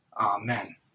amen